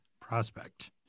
prospect